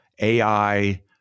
AI